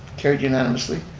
carried unanimously.